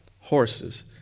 horses